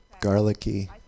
garlicky